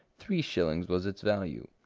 three shillings was its value.